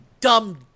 dumb